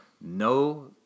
no